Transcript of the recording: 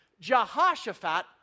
Jehoshaphat